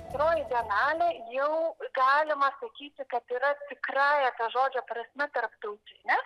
antroji bienalė jau galima sakyti kad yra tikrąja to žodžio prasme tarptautinė